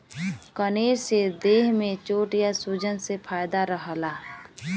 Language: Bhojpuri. कनेर से देह में चोट या सूजन से फायदा रहला